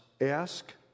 ask